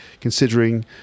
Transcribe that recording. considering